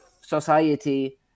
society